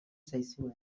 zaizue